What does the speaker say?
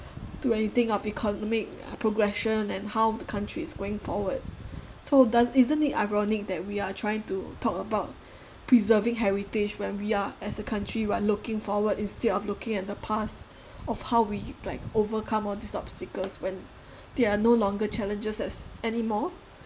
to anything of economic progression and how the country is going forward so does~ isn't it ironic that we are trying to talk about preserving heritage when we are as a country we're looking forward instead of looking at the past of how we like overcome all these obstacles when there are no longer challenges as anymore